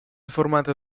formata